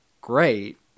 great